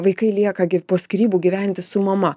vaikai lieka gi po skyrybų gyventi su mama